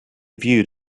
viewed